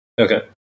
Okay